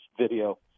video